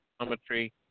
geometry